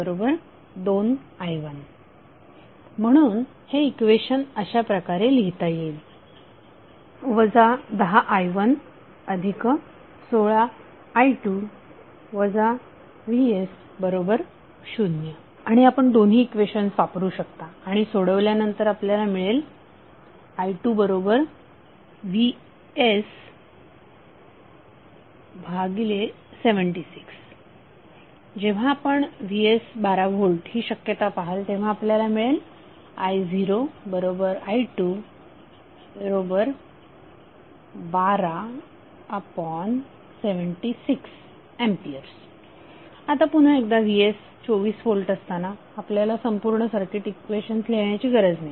vx2i1 म्हणून हे equation अशा प्रकारे लिहिता येईल 10i116i2 vs0 आणि आपण दोन्ही इक्वेशन्स वापरू शकता आणि सोडवल्यानंतर आपल्याला मिळेल i2vs76 जेव्हा आपण vs12 V ही शक्यता पाहाल तेव्हा आपल्याला मिळेल I0i21276 A आता पुन्हा एकदा VS हे 24V असताना आपल्याला संपूर्ण सर्किट इक्वेशन्स लिहिण्याची गरज नाही